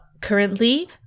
currently